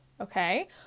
Okay